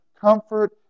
comfort